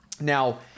now